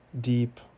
deep